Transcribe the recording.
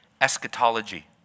eschatology